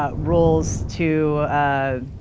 ah roles to ah.